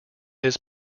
his